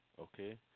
Okay